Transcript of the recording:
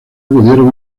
acudieron